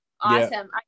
Awesome